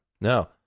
No